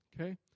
okay